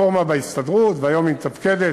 רפורמה בהסתדרות, והיום היא מתפקדת.